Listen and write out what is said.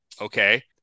Okay